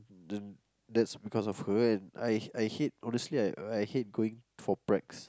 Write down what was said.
and that's because of her and I I hate honestly I hate going for brags